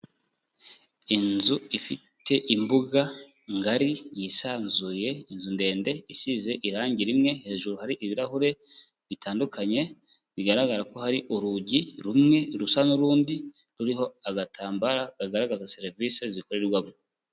Inzu ifite imbuga ngari yisanzuye, inzu ndende, isize irange rimwe, hejuru hari ibirahure bitandukanye, bigaragara ko hari urugi rumwe rusa n'urundi, ruriho agatambaro kagaragaza serivise zikorerwamo.